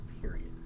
Period